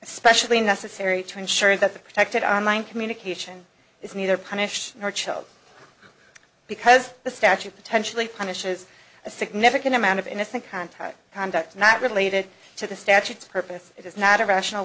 especially necessary to ensure that the protected on line communication is neither punished her child because the statute potentially punishes a significant amount of innocent contact conduct not related to the statutes purpose it is not a rational